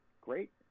great